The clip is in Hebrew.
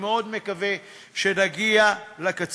אני מאוד מקווה שנגיע לקצה.